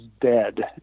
dead